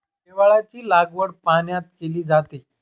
शेवाळाची लागवड पाण्यात केली जाते